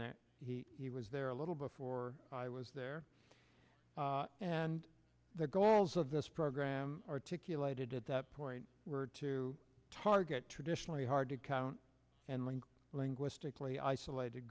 that he was there a little before i was there and the goals of this program articulated at that point were to target traditionally hard to count and link linguistically isolated